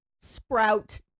sprout